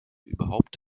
überhaupt